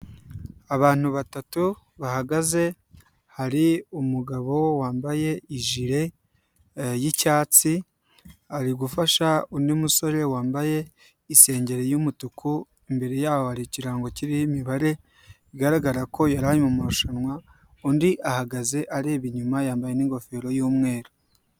Abantu batatu bahagaze, hari umugabo wambaye ijire y'icyatsi, ari gufasha undi musore wambaye isengeri y'umutuku, imbere yaho hari ikirango kirimo imibare bigaragara ko yari ari mu marushanwa, undi ahagaze areba inyuma yambaye n'ingofero y'umweru.